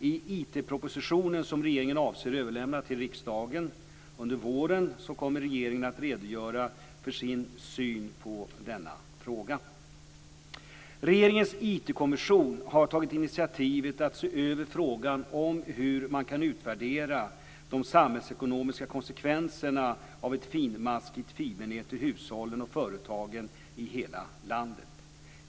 I IT propositionen, som regeringen avser överlämna till riksdagen under våren, kommer regeringen att redogöra för sin syn på denna fråga. Regeringens IT-kommission har tagit initiativet att se över frågan om hur man kan utvärdera de samhällsekonomiska konsekvenserna av ett finmaskigt fibernät till hushållen och företagen i hela landet.